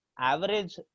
average